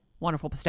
wonderful